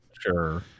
Sure